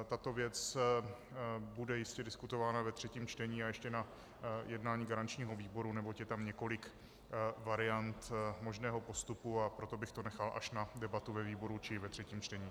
Tato věc bude jistě diskutována ve třetím čtení a ještě na jednání garančního výboru, neboť je tam několik variant možného postupu, a proto bych to nechal až na debatu ve výboru či ve třetím čtení.